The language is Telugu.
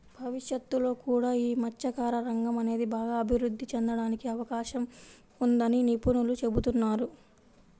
భవిష్యత్తులో కూడా యీ మత్స్యకార రంగం అనేది బాగా అభిరుద్ధి చెందడానికి అవకాశం ఉందని నిపుణులు చెబుతున్నారు